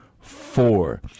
four